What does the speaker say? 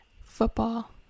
football